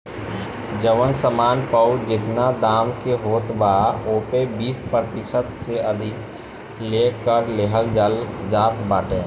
जवन सामान पअ जेतना दाम के होत बा ओपे बीस प्रतिशत से अधिका ले कर लेहल जात बाटे